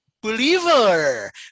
believer